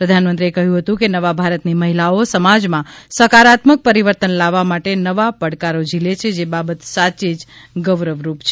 પ્રધાનમંત્રીએ કહ્યું હતું કે નવા ભારતની મહિલાઓ સમાજમાં સકારાત્મક પરિવર્તન લાવવા માટે નવા પડકારો ઝીલે છે જે બાબત સાચે જ ગૌરવરૂપ છે